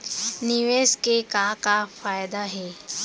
निवेश के का का फयादा हे?